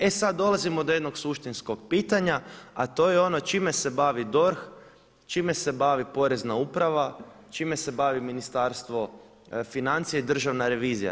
E sada dolazimo do jednog suštinskog pitanja, a to je ono čime se bavi DORH, čime se bavi Porezna uprava, čime se bavi Ministarstvo financija i Državna revizija?